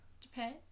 Japan